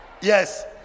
Yes